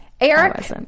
eric